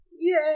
Yay